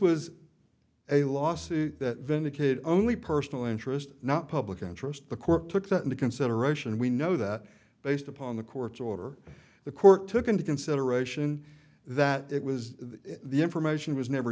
was a lawsuit that vindicate only personal interest not public interest the court took that into consideration we know that based upon the court's order the court took into consideration that it was the information was never